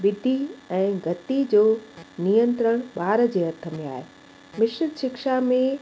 ॿिटी ऐं गति जो नियंत्रण ॿार जे हथ में आहे मिश्रित शिक्षा में